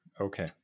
Okay